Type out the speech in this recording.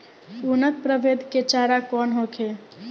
उन्नत प्रभेद के चारा कौन होखे?